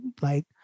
like-